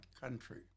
country